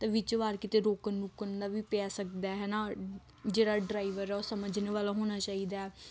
ਅਤੇ ਵਿੱਚ ਵਾਰ ਕਿਤੇ ਰੋਕਣ ਰੁਕਣ ਦਾ ਵੀ ਪੈ ਸਕਦਾ ਹੈ ਨਾ ਜਿਹੜਾ ਡਰਾਈਵਰ ਹੈ ਉਹ ਸਮਝਣ ਵਾਲਾ ਹੋਣਾ ਚਾਹੀਦਾ